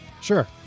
Sure